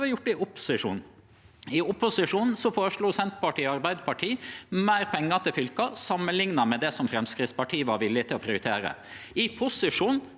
vi har gjort i opposisjon. I opposisjon føreslo Senterpartiet og Arbeidarpartiet meir pengar til fylka samanlikna med det Framstegspartiet var villig til å prioritere. I posisjon